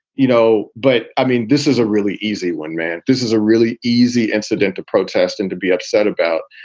you know, but i mean, this is a really easy one, man. this is a really easy incident to protest and to be upset about.